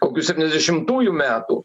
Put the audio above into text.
kokių septyniasdešimtųjų metų